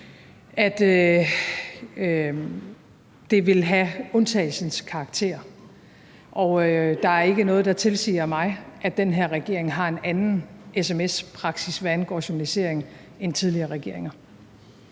at det vil have undtagelsens karakter. Og der er ikke noget, der tilsiger mig, at den her regering har en anden sms-praksis, hvad angår journalisering, end tidligere regeringer.